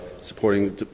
supporting